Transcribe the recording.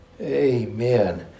Amen